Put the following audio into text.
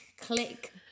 click